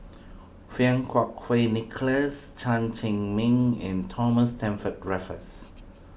Fang Kuo Kui Nicholas Chen Cheng Mei and Thomas Stamford Raffles